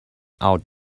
out